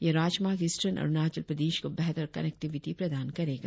यह राजमार्ग ईस्ट्रान अरुणाचल प्रदेश को बेहतर कॉनेक्टीविटी प्रदान करेगा